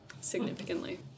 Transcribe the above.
Significantly